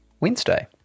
Wednesday